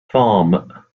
farm